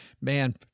man